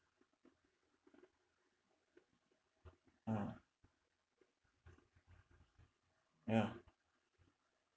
mm ya